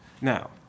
now